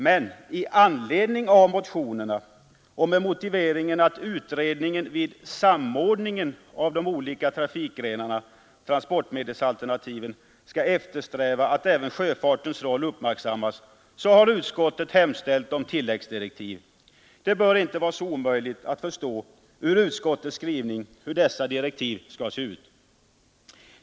Men i anledning av motionerna och med motiveringen att utredningen vid samordningen av de olika trafikgrenarna och transportmedelsalternativen skall eftersträva att även sjöfartens roll uppmärksammas har utskottet hemställt om tilläggsdirektiv. Det bör inte vara så omöjligt att förstå av utskottets skrivning hur dessa direktiv skall se ut.